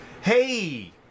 Hey